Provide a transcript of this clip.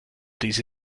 these